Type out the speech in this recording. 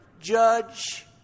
Judge